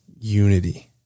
unity